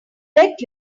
bet